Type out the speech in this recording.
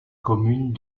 commune